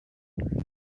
natural